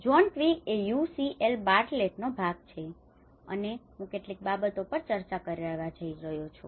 John Twigg એ UCL બાર્ટલેટનો ભાગ છે અને હું કેટલીક બાબતો પર ચર્ચા કરવા જઇ રહ્યો છું